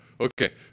Okay